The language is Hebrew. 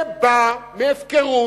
זה בא מהפקרות.